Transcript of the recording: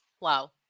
Wow